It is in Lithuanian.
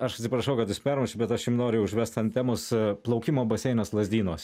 aš atsiprašau kad jus permušiu bet aš jum noriu užvest an temos plaukimo baseinas lazdynuose